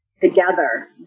together